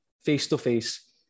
face-to-face